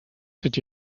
did